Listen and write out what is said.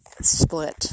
split